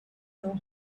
know